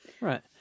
right